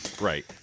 right